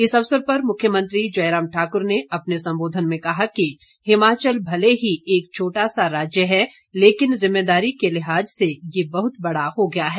इस अवसर पर मुख्यमंत्री जयराम ठाकुर ने अपने संबोधन में कहा कि हिमाचल भले ही एक छोटा सा राज्य है लेकिन जिम्मेदारी के लिहाज से ये बहुत बड़ा हो गया है